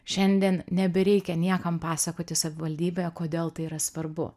šiandien nebereikia niekam pasakoti savivaldybėje kodėl tai yra svarbu